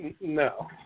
No